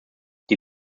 die